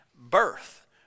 Birth